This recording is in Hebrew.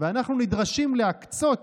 ואנחנו נדרשים להקצות